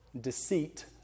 deceit